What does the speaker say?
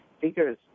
figures